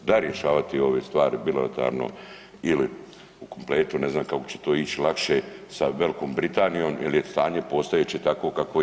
Da rješavati ove stvari bilateralno ili u kompletu, ne znam kako će to ić lakše sa Velikom Britanijom jel je stanje postojeće takvo kakvo je.